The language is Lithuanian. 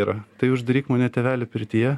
yra tai uždaryk mane tėveli pirtyje